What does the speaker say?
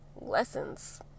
lessons